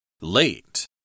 late